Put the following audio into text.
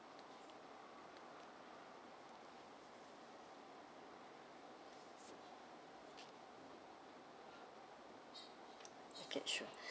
okay sure